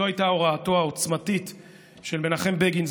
זו הייתה הוראתו העוצמתית של מנחם בגין,